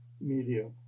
media